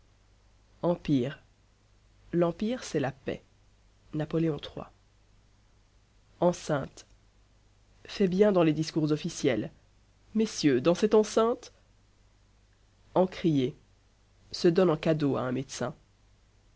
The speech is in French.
empire l'empire c'est la paix napoléon iii enceinte fait bien dans les discours officiels messieurs dans cette enceinte encrier se donne en cadeau à un médecin